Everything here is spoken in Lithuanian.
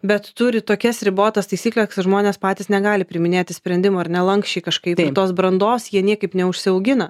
bet turi tokias ribotas taisykleks kad žmonės patys negali priiminėti sprendimų ar ne lanksčiai kažkaip ir tos brandos jie niekaip neužsiaugina